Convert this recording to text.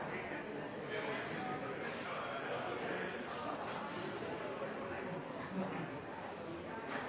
ved